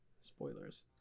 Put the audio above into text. spoilers